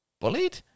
bullied